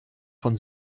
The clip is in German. von